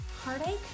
heartache